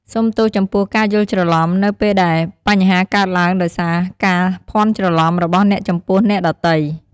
សូមទោសចំពោះការយល់ច្រឡំ នៅពេលដែលបញ្ហាកើតឡើងដោយសារការភាន់ច្រឡំរបស់អ្នកចំពោះអ្នកដទៃ។